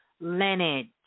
lineage